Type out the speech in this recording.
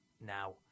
Now